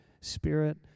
Spirit